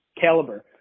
caliber